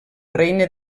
regne